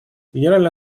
генеральная